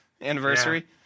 anniversary